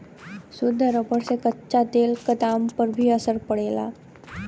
शुद्ध रबर से कच्चा तेल क दाम पर भी असर पड़ला